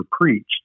preached